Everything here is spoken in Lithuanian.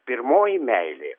pirmoji meilė